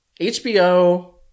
HBO